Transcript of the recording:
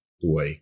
boy